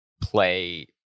play